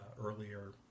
earlier